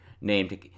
named